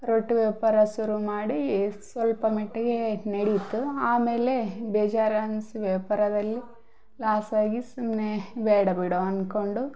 ರೊಟ್ಟಿ ವ್ಯಾಪಾರ ಶುರು ಮಾಡಿ ಸ್ವಲ್ಪ ಮಟ್ಟಿಗೆ ನಡೀತು ಆಮೇಲೆ ಬೇಜಾರು ಅನ್ಸಿ ವ್ಯಾಪಾರದಲ್ಲಿ ಲಾಸಾಗಿ ಸುಮ್ಮನೆ ಬೇಡ ಬಿಡು ಅಂದ್ಕೊಂಡು